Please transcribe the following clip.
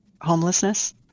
homelessness